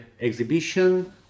exhibition